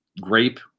grape